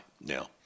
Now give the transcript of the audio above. now